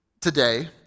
today